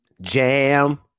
Jam